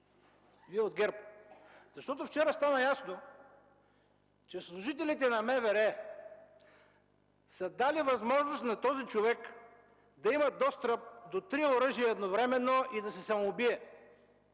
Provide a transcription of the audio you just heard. Вие от ГЕРБ! Защото вчера стана ясно, че служителите на МВР са дали възможност на този човек да има достъп до три оръжия едновременно и да се самоубие.